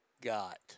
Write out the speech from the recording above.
got